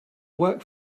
work